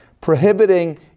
prohibiting